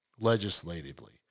legislatively